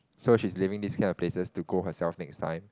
so she's leaving these kind of places to go herself next time